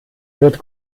wird